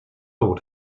would